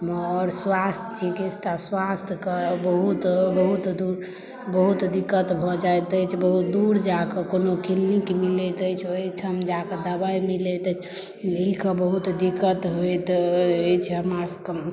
आओर स्वास्थ्य चिकित्सा स्वास्थ्यक बहुत बहुत दिक्कत भऽ जाइत अछि बहुत दूर जाकऽ कोनो क्लिनिक मिलैत अछि ओहिठाम जाकऽ दवाइ मिलैत अछि के बहुत दिक्कत होइत अछि हमरा सभके